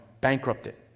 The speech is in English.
bankrupted